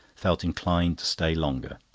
felt inclined to stay longer.